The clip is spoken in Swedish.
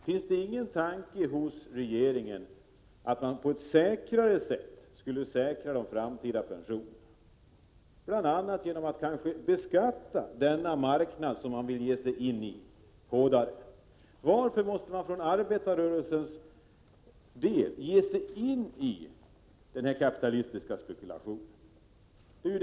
Finns det inom regeringen ingen tanke på att man på ett säkrare sätt skulle kunna säkra de framtida pensionerna, bl.a. genom att kanske beskatta den marknad som man nu vill ge sig in i? Varför måste man från arbetarrörelsens sida ge sig in i den kapitalistiska spekulationen?